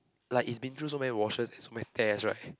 like it's been through so many washes and so many tears right